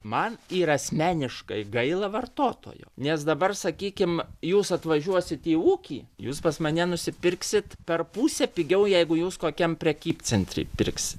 man yra asmeniškai gaila vartotojo nes dabar sakykim jūs atvažiuosit į ūkį jūs pas mane nusipirksit per pusę pigiau jeigu jūs kokiam prekybcentry pirksit